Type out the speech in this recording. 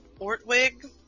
Ortwig